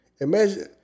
Imagine